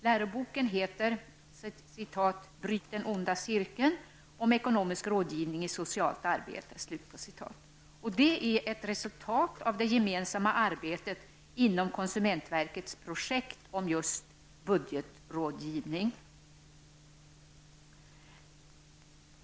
Läroboken heter ''Bryt den onda cirkeln -- om ekonomisk rådgivning i socialt arbete'' och är ett resultat av det gemensamma arbetet inom konsumentverkets projekt om just budgetrådgivning.